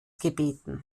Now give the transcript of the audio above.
gebeten